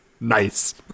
Nice